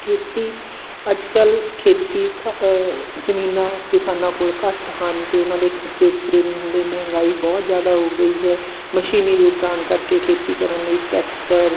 ਖੇਤੀ ਅੱਜ ਕੱਲ੍ਹ ਖੇਤੀ ਘੱ ਜ਼ਮੀਨਾਂ ਕਿਸਾਨਾਂ ਕੋਲ ਘੱਟ ਹਨ ਅਤੇ ਉਹਨਾਂ ਦੇ ਖਰਚੇ ਪੂਰੇ ਨਹੀਂ ਹੁੰਦੇ ਮਹਿੰਗਾਈ ਬਹੁਤ ਜ਼ਿਆਦਾ ਹੋ ਗਈ ਹੈ ਮਸ਼ੀਨੀ ਯੁੱਗ ਆਉਣ ਕਰਕੇ ਖੇਤੀ ਕਰਨ ਲਈ ਟਰੈਕਟਰ